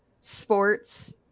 sports